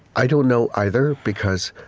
i don't know either because,